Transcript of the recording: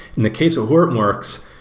in the case of hortonworks,